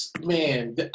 man